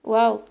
wow